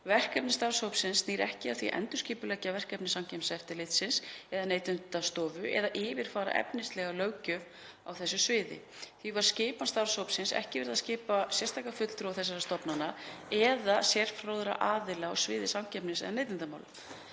Verkefni starfshópsins snýr ekki að því að endurskipuleggja verkefni Samkeppniseftirlitsins eða Neytendastofu eða yfirfara efnislega löggjöf á þessu sviði. Því var við skipan starfshópsins ekki verið að skipa sérstaka fulltrúa þessara stofnana eða sérfróða aðila á sviði samkeppnis- eða neytendamála.